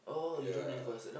ya